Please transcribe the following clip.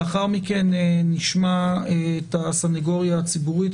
לאחר מכן נשמע את הסנגוריה הציבורית,